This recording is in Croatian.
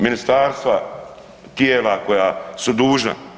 Ministarstva, tijela koja su dužna.